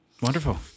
Wonderful